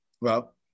well-